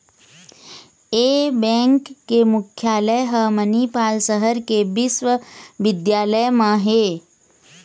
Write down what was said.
ए bank के मुख्यालय ह मनिपाल सहर के बिस्वबिद्यालय म हे